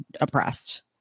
oppressed